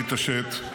להתעשת,